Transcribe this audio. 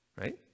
right